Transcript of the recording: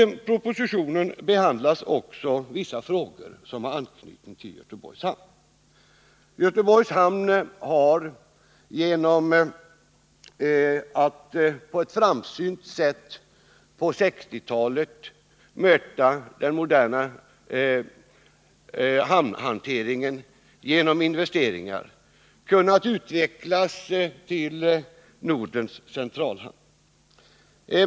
I propositionen behandlas också vissa frågor som har anknytning till Göteborgs hamn. Göteborgs hamn har genom att den på ett framsynt sätt under 1960-talet mötte den moderna hamnhanteringen med investeringar kunnat utvecklas till Nordens centralhamn.